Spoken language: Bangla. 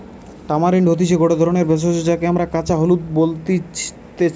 টামারিন্ড হতিছে গটে ধরণের ভেষজ যাকে আমরা কাঁচা হলুদ বলতেছি